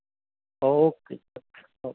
okay ਜੀ okay okay